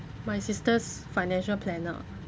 my sister's financial planner